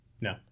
No